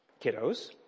kiddos